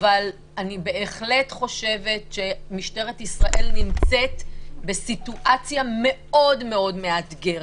אבל אני בהחלט חושבת שמשטרת ישראל נמצאת בסיטואציה מאוד מאוד מאתגרת,